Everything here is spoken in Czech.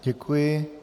Děkuji.